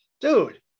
dude